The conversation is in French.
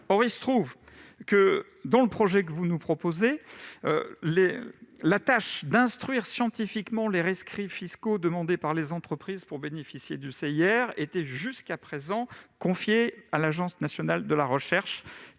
une évaluation générale de la recherche. La tâche d'instruire scientifiquement les rescrits fiscaux demandés par les entreprises pour bénéficier du CIR était jusqu'à présent confiée à l'Agence nationale de la recherche